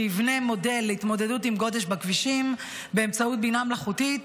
שיבנה מודל להתמודדות עם גודש בכבישים באמצעות בינה מלאכותית,